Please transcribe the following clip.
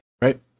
right